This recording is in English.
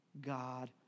God